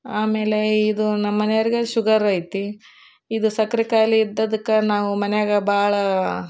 ಆಮೇಲೆ ಇದು ನಮ್ಮ ಮನೆಯವರಿಗೆ ಶುಗರ್ ಐತಿ ಇದು ಸಕ್ರೆ ಕಾಯಿಲೆ ಇದ್ದದ್ದಕ್ಕೆ ನಾವು ಮನೆಯಾಗ ಭಾಳ